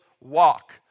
walk